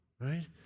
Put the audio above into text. right